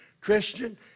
Christian